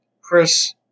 Chris